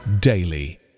daily